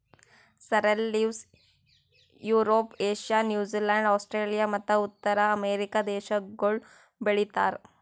sorrel leaves Europe, Asia, New Zealand, Australia ಮತ್ತ ಉತ್ತರ America ದೇಶಗೊಳ್ ಬೆ ಳಿತಾರ್